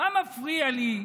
מה מפריע לי?